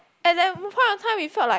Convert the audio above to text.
at that point of time we felt like